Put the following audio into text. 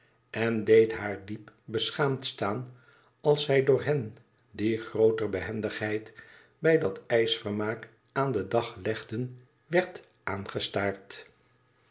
en deed haar diep beschaamd staan als zij door hen die grooter behendigheid bij dat ijsvermaak aan den dag legden werd